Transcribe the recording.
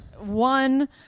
One